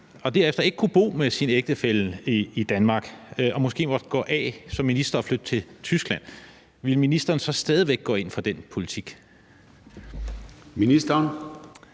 og derefter ikke kunne bo med sin ægtefælle i Danmark og måske måtte gå af som minister og flytte til Tyskland, ville ministeren så stadig væk gå ind for den politik? Kl.